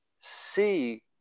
see